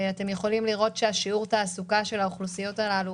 אתם יכולים לראות ששיעור התעסוקה של האוכלוסיות הללו